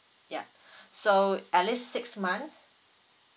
yup so at least six months